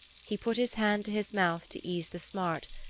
he put his hand to his mouth to ease the smart,